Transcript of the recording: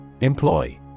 Employ